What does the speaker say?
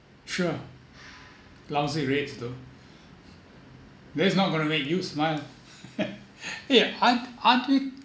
sure lousy rates though that is not going to make you smile yeah aren't aren't we